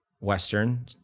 Western